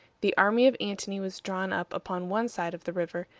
the army of antony was drawn up upon one side of the river,